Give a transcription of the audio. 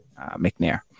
McNair